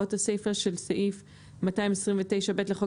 והוראות הסיפה של סעיף 229(ב) לחוק